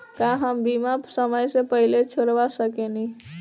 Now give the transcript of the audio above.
का हम बीमा समय से पहले छोड़वा सकेनी?